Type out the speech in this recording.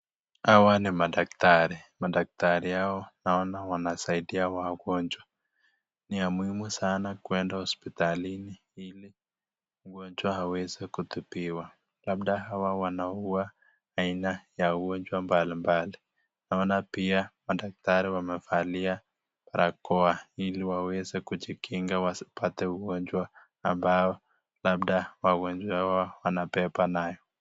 Hawa ni madaktari. Madaktari hawa naona wanasaidia wagonjwa. Ni ya muhimu sana kwenda hospitalini ili mgonjwa aweze kutibiwa, labda hawa wanaua aina ya ugonjwa mbalimbali. Naona pia madaktari wamevalia barakoa ili waweze kujikinga wasipate ugonjwa ambao labda wagonjwa hawa wanabeba nayo.